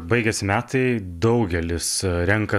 baigiasi metai daugelis renka